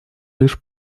лишь